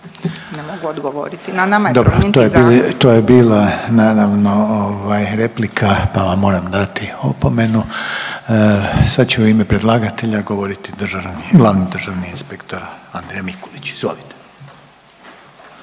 zakon. **Reiner, Željko (HDZ)** Dobro, to je bila naravno replika pa vam moram dati opomenu. Sad će u ime predlagatelja govoriti glavni državni inspektor Andrija Mikulić. Izvolite.